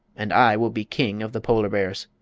and i will be king of the polar bears.